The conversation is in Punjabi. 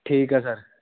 ਠੀਕ ਹੈ ਸਰ